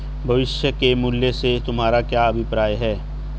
भविष्य के मूल्य से तुम्हारा क्या अभिप्राय है?